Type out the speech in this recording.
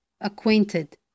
acquainted